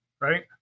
right